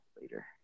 later